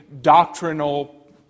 doctrinal